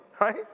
right